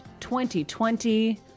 2020